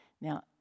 Now